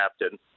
captain